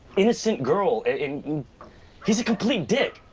innocent girl and he's a complete dick!